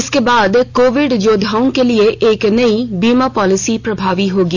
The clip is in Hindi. इसके बाद कोविड योद्वाओं के लिए एक नई बीमा पॉलिसी प्रभावी होगी